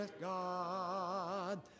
God